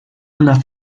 una